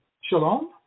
Shalom